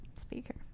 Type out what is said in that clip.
Speaker